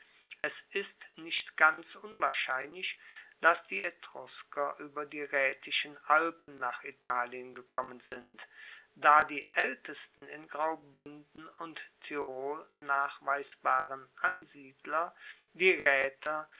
es ist nicht ganz unwahrscheinlich dass die etrusker ueber die raetischen alpen nach italien gekommen sind da die aeltesten in graubuenden und tirol nachweisbaren ansiedler die